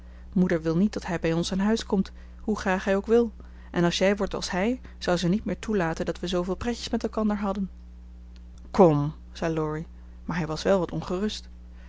moeder wil niet dat hij bij ons aan huis komt hoe graag hij ook wil en als jij wordt als hij zou ze niet meer toelaten dat we zooveel pretjes met elkander hadden kom zei laurie maar hij was wel wat ongerust